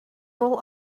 rule